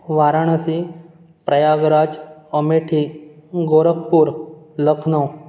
Varanasi Prayagraj Amethi Gorakhpur Lucknow